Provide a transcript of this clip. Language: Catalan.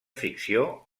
ficció